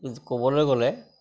ক'বলৈ গ'লে